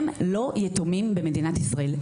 הם לא יתומים במדינת ישראל.